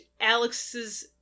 Alex's